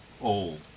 old